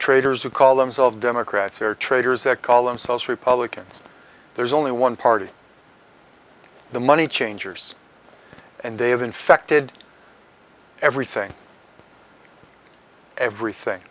traitors who call themselves democrats or traitors that call themselves republicans there's only one party the money changers and they have infected everything everything